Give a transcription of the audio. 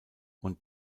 und